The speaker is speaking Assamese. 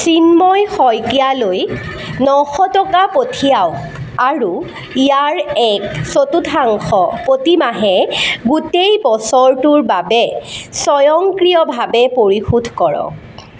চিন্ময় শইকীয়ালৈ নশ টকা পঠিয়াওক আৰু ইয়াৰ এক চতুৰ্থাংশ প্ৰতিমাহে গোটেই বছৰটোৰ বাবে স্বয়ংক্ৰিয়ভাৱে পৰিশোধ কৰক